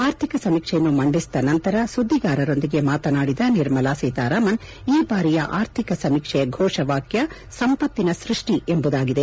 ಆರ್ಥಿಕ ಸಮೀಕ್ಷೆಯನ್ನು ಮಂಡಿಸಿದ ನಂತರ ಸುದ್ದಿಗಾರರೊಂದಿಗೆ ಮಾತನಾಡಿದ ನಿರ್ಮಲಾ ಸೀತಾರಾಮನ್ ಈ ಬಾರಿಯ ಆರ್ಥಿಕ ಸಮೀಕ್ಷೆಯ ಘೋಷವಾಕ್ಕ ಸಂಪತ್ತಿನ ಸೃಷ್ಷಿ ಎಂಬುದಾಗಿದೆ